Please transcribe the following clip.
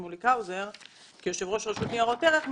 שמוליק האוזר כיושב-ראש רשות ניירות ערך.